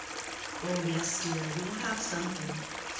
oh yes, dear, you will have something.